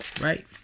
Right